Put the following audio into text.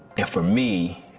and for me,